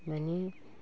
मानि